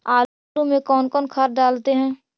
आलू में कौन कौन खाद डालते हैं?